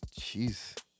Jeez